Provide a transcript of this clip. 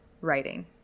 writing